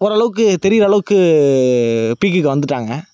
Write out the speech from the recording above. ஓரளவுக்கு தெரியுற அளவுக்கு பீக்குக்கு வந்துட்டாங்க